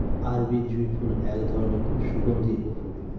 আরবি জুঁই ফুল এক ধরনের খুব সুগন্ধিও ফুল